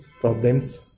problems